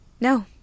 No